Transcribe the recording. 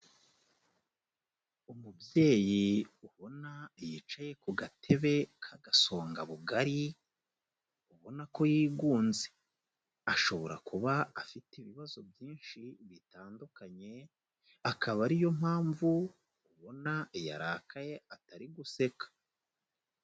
Umubyeyi ubona yicaye ku gatebe ka gasongabugari, ubona ko yigunze ashobora kuba afite ibibazo byinshi bitandukanye, akaba ari yo mpamvu ubona yarakaye atari guseka.